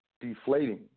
deflating